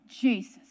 Jesus